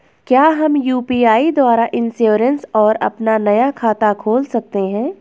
क्या हम यु.पी.आई द्वारा इन्श्योरेंस और अपना नया खाता खोल सकते हैं?